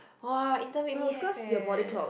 !wah! intern make me have eh